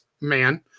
man